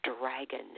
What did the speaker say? Dragon